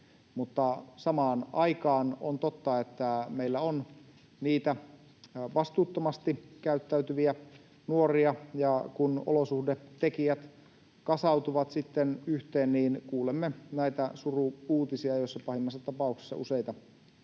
samaan aikaan on totta, että meillä on vastuuttomasti käyttäytyviä nuoria. Ja kun olosuhdetekijät kasautuvat sitten yhteen, niin kuulemme näitä suru-uutisia, joissa pahimmassa tapauksessa useita nuoria